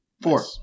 four